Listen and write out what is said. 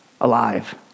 alive